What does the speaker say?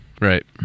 Right